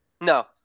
No